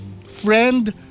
friend